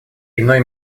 иной